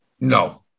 No